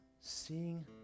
seeing